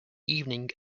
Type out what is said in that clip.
evening